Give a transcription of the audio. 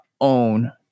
own